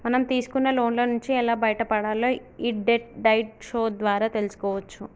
మనం తీసుకున్న లోన్ల నుంచి ఎలా బయటపడాలో యీ డెట్ డైట్ షో ద్వారా తెల్సుకోవచ్చు